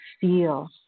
feel